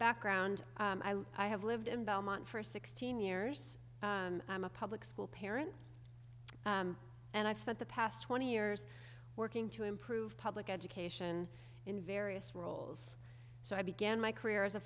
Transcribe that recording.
background i have lived in belmont for sixteen years i'm a public school parent and i've spent the past twenty years working to improve public education in various roles so i began my career as a